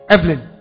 Evelyn